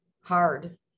hard